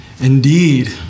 indeed